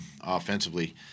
offensively